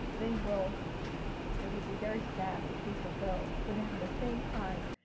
they will they will be very sad to see her go, but in the same time,